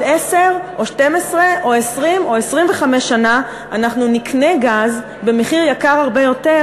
עשר או 12 או 20 או 25 שנה אנחנו נקנה גז במחיר גבוה הרבה יותר,